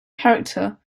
character